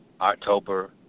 October